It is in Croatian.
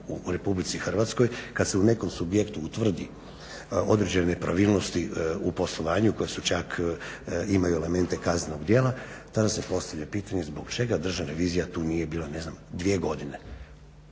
u RH kada se u nekom subjektu utvrdi određene nepravilnosti u poslovanju koje čak imaju elemente kaznenog djela, tada se postavlja pitanje zbog čega Državna revizija tu nije bila ne znam dvije godine.